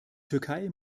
türkei